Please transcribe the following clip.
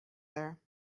there